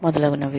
మొదలగునవి